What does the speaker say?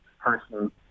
person